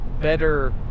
better